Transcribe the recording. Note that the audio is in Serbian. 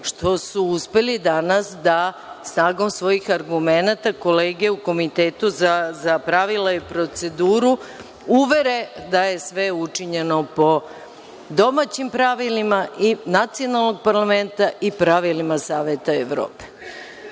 što su uspeli danas da snagom svojih argumenata kolege u Komitetu za pravila i proceduru uvere da je sve učinjeno po domaćim pravilima i nacionalnog parlamenta i pravilima Saveta Evrope.